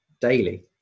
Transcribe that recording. daily